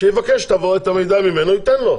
שיבקש את המידע ממנו הוא ייתן לו.